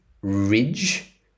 ridge